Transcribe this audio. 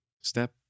step